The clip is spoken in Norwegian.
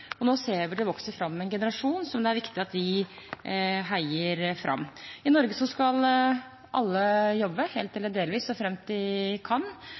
kamp. Nå ser vi at det vokser fram en generasjon som det er viktig at vi heier fram. I Norge skal alle jobbe – helt eller delvis – såfremt de kan.